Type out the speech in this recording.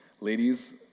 ladies